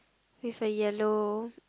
with a yellow